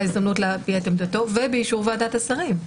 הזדמנות להביע את עמדתו ובאישור ועדת השרים".